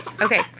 Okay